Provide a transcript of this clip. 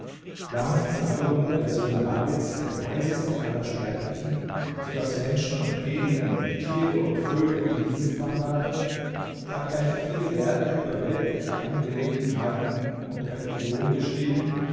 war nicht salomo der sohn davids der weiseste aller sterblichen so daß menschen und genien tiere und vögel ihm dienstbar waren hat er nicht viele werke über weltliche angelegenheiten und religion geschrieben